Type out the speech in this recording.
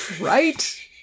Right